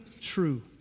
true